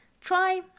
Try